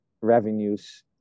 revenues